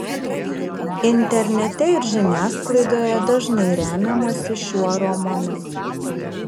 internete ir žiniasklaidoje dažnai remiamasi šiuo romanu